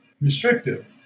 restrictive